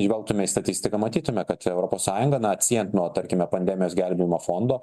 žvelgtume į statistiką matytume kad europos sąjunga na atsiejant nuo tarkime pandemijos gelbėjimo fondo